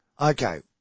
Okay